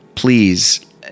please